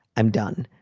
i'm done.